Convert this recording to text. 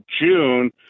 June